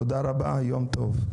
תודה רבה, יום טוב.